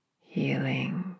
healing